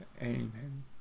Amen